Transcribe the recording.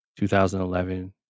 2011